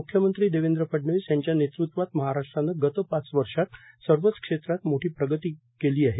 मुख्यमंत्री देवेंद्र फडणवीस यांच्या नेतृत्वात महाराष्ट्रानं गत पाच वर्षात सर्वच क्षेत्रात मोठी प्रगती केली आहे